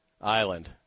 Island